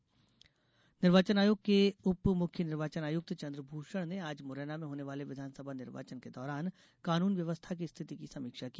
निर्वाचन समीक्षा निर्वाचन आयोग के उप मुख्य निर्वाचन आयुक्त चन्द्रभूषण ने आज मुरैना में होने वाले विधानसभा निर्वाचन के दौरान कानून व्यवस्था की स्थिति की समीक्षा की